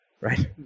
right